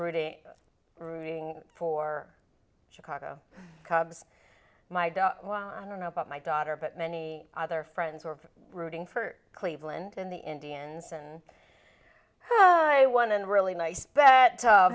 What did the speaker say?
rooting rooting for chicago cubs well i don't know about my daughter but many other friends were rooting for cleveland in the indians and i won and really nice